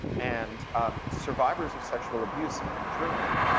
and survivors of sexual abuse in germany,